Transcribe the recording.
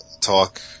talk